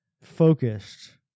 focused